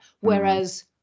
whereas